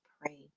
pray